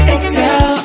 Excel